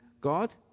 God